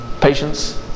patience